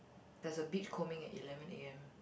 there's a big coaming at eleven a_m